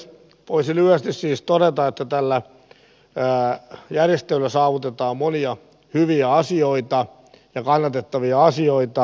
voisi lyhyesti siis todeta että tällä järjestelyllä saavutetaan monia hyviä ja kannatettavia asioita